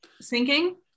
sinking